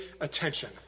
attention